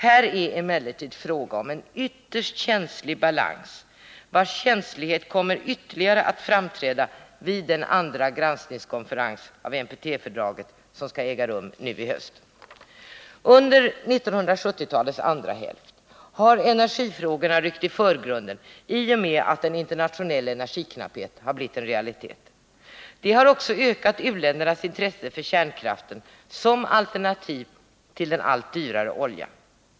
Här är emellertid fråga om en ytterst känslig balans, vars känslighet kommer ytterligare att framträda vid en andra konferens för granskning av NPT-fördraget som skall äga rum nu i höst. Under 1970-talets andra hälft har energifrågorna ryckt i förgrunden i och med att en internationell energiknapphet har blivit en realitet. Det har också ökat u-ländernas intresse för kärnkraften som alternativ till den allt dyrare oljan.